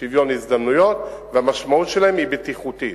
שוויון הזדמנויות, והמשמעות שלהם היא בטיחותית.